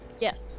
Yes